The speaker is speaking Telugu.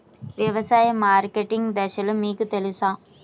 వ్యవసాయ మార్కెటింగ్ దశలు మీకు తెలుసా?